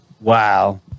Wow